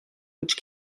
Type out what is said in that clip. which